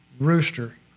rooster